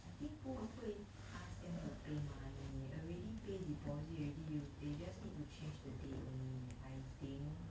I think 不会 ask them to pay money already pay deposit already you they just need to change the date only I think